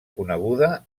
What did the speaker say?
coneguda